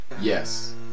Yes